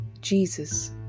Jesus